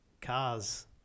cars